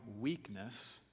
weakness